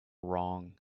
wrong